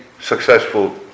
successful